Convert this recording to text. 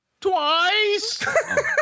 Twice